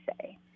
say